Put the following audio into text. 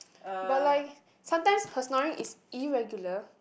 but like sometimes her snoring is irregular